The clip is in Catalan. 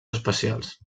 especials